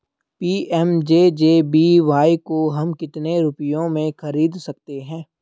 PMJJBY को हम कितने रुपयों में खरीद सकते हैं?